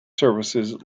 services